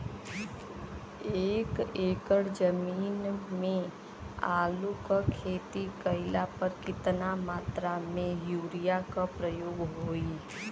एक एकड़ जमीन में आलू क खेती कइला पर कितना मात्रा में यूरिया क प्रयोग होई?